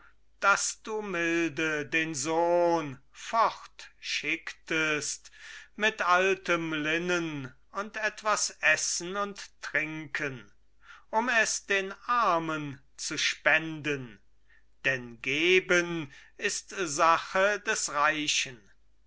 daß du milde den sohn fort schicktest mit altem linnen und etwas essen und trinken um es den armen zu spenden denn geben ist sache des reichen